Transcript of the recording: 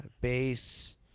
bass